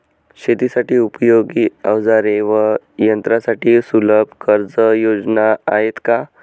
शेतीसाठी उपयोगी औजारे व यंत्रासाठी सुलभ कर्जयोजना आहेत का?